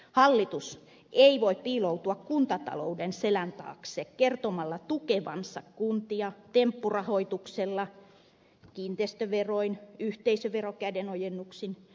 hallitus ei voi piiloutua kuntatalouden selän taakse kertomalla tukevansa kuntia temppurahoituksella kiinteistöveroin yhteisöverokädenojennuksin